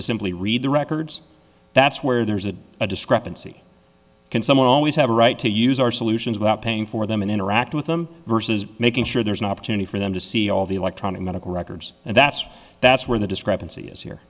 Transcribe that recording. to simply read the records that's where there's a discrepancy can someone always have a right to use our solutions without paying for them and interact with them versus making sure there's an opportunity for them to see all the electronic medical records and that's that's where the discrepancy is here